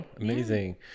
amazing